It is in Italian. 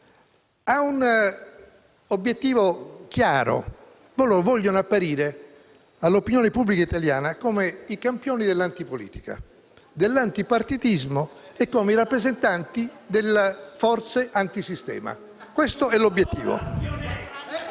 ha un obiettivo chiaro: vogliono apparire agli occhi dell'opinione pubblica italiana come i campioni dell'antipolitica, dell'antipartitismo e come i rappresentanti delle forze antisistema. Questo è l'obiettivo.